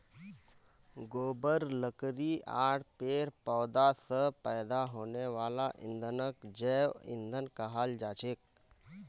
गोबर लकड़ी आर पेड़ पौधा स पैदा हने वाला ईंधनक जैव ईंधन कहाल जाछेक